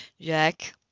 Jack